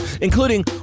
including